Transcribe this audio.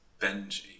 Benji